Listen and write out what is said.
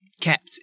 kept